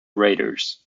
raiders